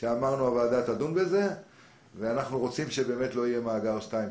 שאמרנו שהוועדה תדון בזה ואנחנו רוצים שבאמת לא יהיה מאגר 2,